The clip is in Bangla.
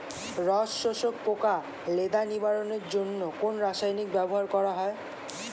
রস শোষক পোকা লেদা নিবারণের জন্য কোন রাসায়নিক ব্যবহার করা হয়?